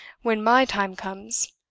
when my time comes,